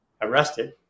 arrested